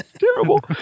terrible